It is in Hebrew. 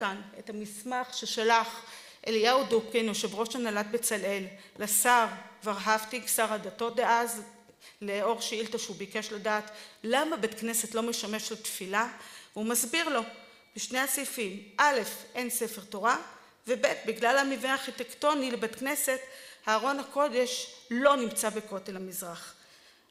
את המסמך ששלח אליהו דוקינו שבראש הנהלת בצלאל לשר ורהפטיג, שר הדתות דאז לאור שאילתה שהוא ביקש לדעת למה בית כנסת לא משמש לתפילה והוא מסביר לו בשני הסעיפים א', אין ספר תורה וב', בגלל המיבנה הארכיטקטוני לבית כנסת הארון הקודש לא נמצא בכותל המזרח